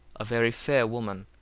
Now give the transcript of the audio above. a very fair woman,